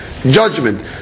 Judgment